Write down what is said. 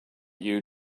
you